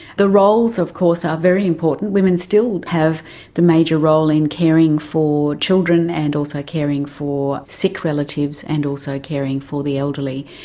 the roles of course are very important. women still have the major role in caring for children and also caring for sick relatives and also caring for the elderly.